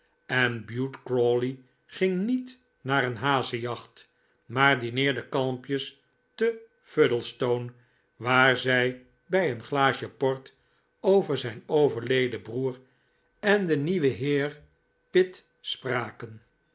en bute crawley ging niet naar een hazenjacht maar dineerde kalmpjes te fuddlestone waar zij bij een glaasje port over zijn overleden broer en den nieuwen sir pitt spraken